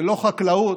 ללא חקלאות.